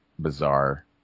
bizarre